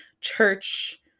church